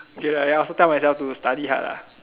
ya ya so tell myself to study hard lah